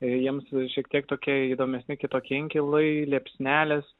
jiems šiek tiek tokie įdomesni kitokie inkilai liepsnelės